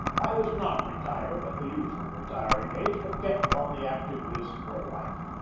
i was not retired at the usual retiring age, but kept on the active list for life.